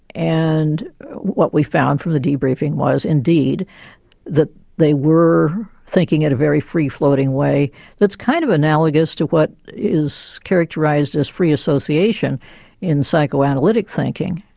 and what we found from the debriefing was indeed that they were thinking at a very free-floating way that's kind of analogous to what is characterised as free association in psychoanalytic thinking.